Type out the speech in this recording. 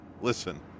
Listen